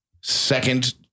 second